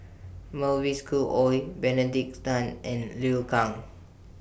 Mavis Khoo Oei Benedict Tan and Liu Kang